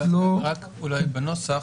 בנוסח,